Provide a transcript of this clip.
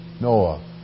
Noah